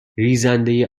ریزنده